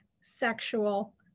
sexual